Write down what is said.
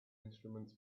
instruments